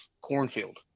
cornfield